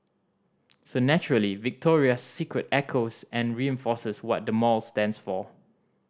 so naturally Victoria's Secret echoes and reinforces what the mall stands for